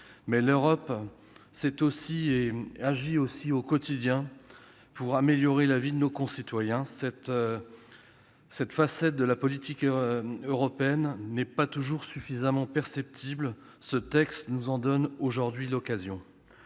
Mais l'Europe agit aussi au quotidien pour améliorer la vie de nos concitoyens. Cette facette de la politique européenne n'est pas toujours suffisamment perceptible. Ce texte nous donne l'occasion